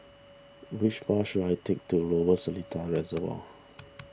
which bus should I take to Lower Seletar Reservoir